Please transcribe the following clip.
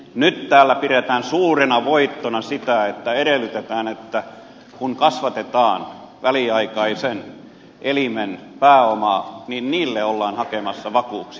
nyt täällä pidetään suurena voittona sitä että edellytetään että kun kasvatetaan väliaikaisen elimen pääomaa niin niille ollaan hakemassa vakuuksia